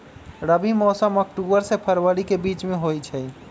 रबी मौसम अक्टूबर से फ़रवरी के बीच में होई छई